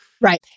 Right